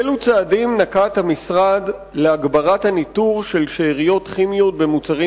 אילו צעדים נקט המשרד להגברת הניטור של שאריות כימיות במוצרים